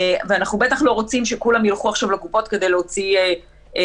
ואנחנו בטח לא רוצים שכולם ילכו עכשיו לקופות כדי להוציא אישורים,